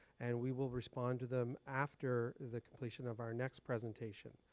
and we will respond to them after the completion of our next presentation.